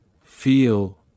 feel